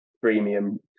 premium